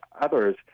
others